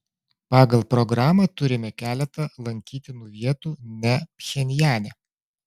pagal programą turime keletą lankytinų vietų ne pchenjane